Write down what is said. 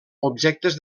objectes